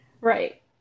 Right